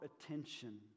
attention